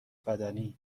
بدنی